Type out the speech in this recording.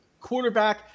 quarterback